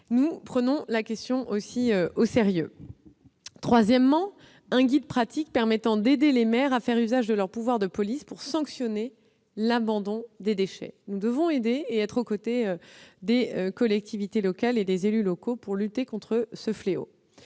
nous la prenons, elle aussi, au sérieux. Troisièmement, un guide pratique visant à aider les maires à faire usage de leurs pouvoirs de police pour sanctionner l'abandon de déchets sera réalisé. Nous devons être aux côtés des collectivités territoriales et des élus locaux pour lutter contre ce fléau.